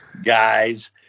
guys